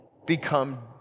become